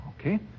Okay